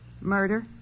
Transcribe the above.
Murder